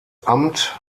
amt